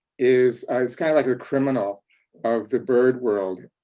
is, it's kind of like a criminal of the bird world,